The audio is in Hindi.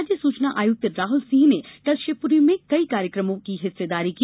राज्य सूचना आयुक्त राहुल सिंह ने कल शिवपुरी में कई कार्यक्रमों हिस्सेदारी की